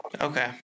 Okay